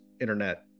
internet